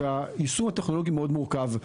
והיישום הטכנולוגי הוא מאוד מורכב.